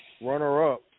runner-up